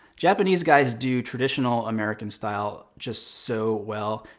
japanese guys do traditional american style just so well.